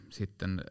sitten